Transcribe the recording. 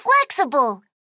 flexible